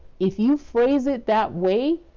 if you phrase it that way,